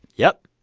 yep.